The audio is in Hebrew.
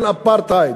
של אפרטהייד.